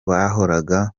bahoraga